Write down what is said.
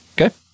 Okay